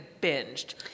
binged